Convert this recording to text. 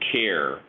care